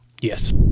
Yes